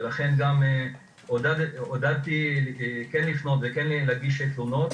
ולכן גם עודדתי כן לפנות וכן להגיש תלונות.